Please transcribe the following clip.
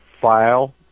file